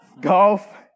golf